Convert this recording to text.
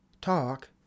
talk